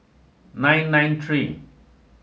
nine nine three